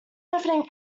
defeating